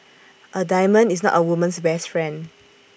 A diamond is not A woman's best friend